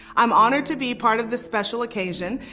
i'm honored to be part of the special occasion,